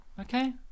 okay